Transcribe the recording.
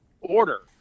order